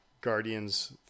Guardians